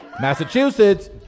Massachusetts